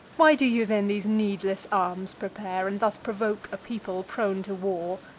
why do you then these needless arms prepare, and thus provoke a people prone to war?